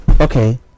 Okay